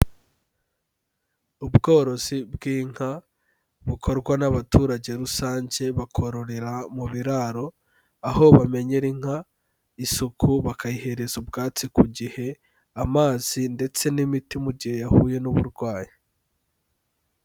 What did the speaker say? Ubworozi bw'inka bukorwa n'abaturage rusange bakororera mu biraro, aho bamenyera inka isuku, bakayihereza ubwatsi ku gihe, amazi ndetse n'imiti mu gihe yahuye n'uburwayi.